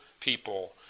people